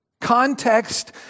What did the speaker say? Context